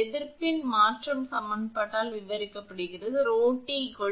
எதிர்ப்பின் மாற்றம் சமன்பாட்டால் விவரிக்கப்படுகிறது 𝜌𝑡 𝜌𝑜𝑒−𝛼𝑡 இது சமன்பாடு 4